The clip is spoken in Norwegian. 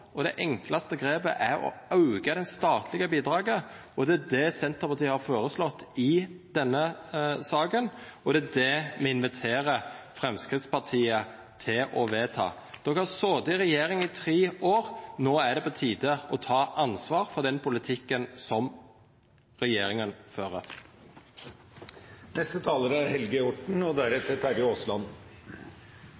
satsen. Det enklaste grepet er å auka det statlege bidraget. Det er det Senterpartiet har føreslått i denne saka, og det er det me inviterer Framstegspartiet til å vedta. De har sete i regjering i tre år. No er det på tide å ta ansvar for den politikken som regjeringa fører.